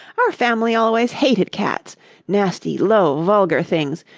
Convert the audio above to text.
our family always hated cats nasty, low, vulgar things!